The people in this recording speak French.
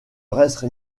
reste